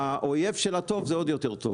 האויב של הטוב זה עוד יותר טוב.